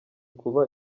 kuba